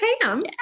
Pam